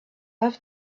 have